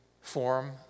form